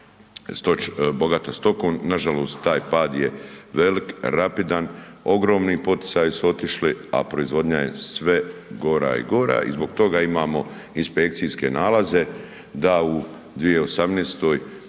znači bogata stokom. Nažalost taj pad je velik, rapidan, ogromni poticaji su otišli, a proizvodnja je sve gora i gora i zbog toga imamo inspekcijske nalaze da u 2018.